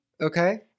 Okay